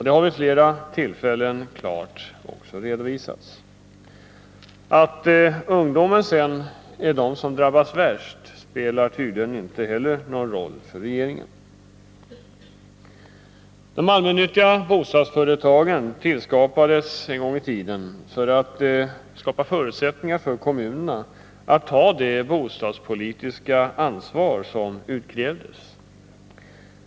Det har också klart redovisats vid flera tillfällen. Att det sedan är ungdomen som drabbas värst spelar tydligen inte heller någon roll för regeringen. De allmännyttiga bostadsföretagen tillskapades en gång i tiden för att skapa förutsättningar för kommunerna att ta det bostadspolitiska ansvar som utkrävdes.